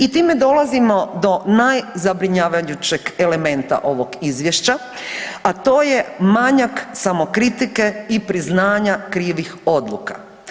I time dolazimo do najzabrinjavajućeg elementa ovog izvješća, a to je manjak samokritike i priznanja krivih odluka.